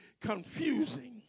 confusing